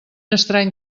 estrany